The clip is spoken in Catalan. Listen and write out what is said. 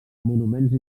monuments